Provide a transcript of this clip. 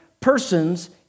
persons